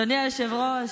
אדוני היושב-ראש,